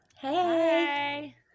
Hey